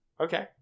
Okay